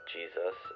Jesus